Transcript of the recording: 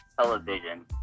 Television